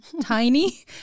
tiny